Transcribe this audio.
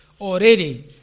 already